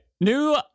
new